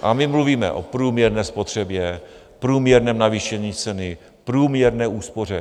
A my mluvíme o průměrné spotřebě, průměrném navýšení ceny, průměrné úspoře.